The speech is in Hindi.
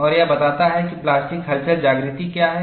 और यह बताता है कि प्लास्टिक हलचल जागृति क्या है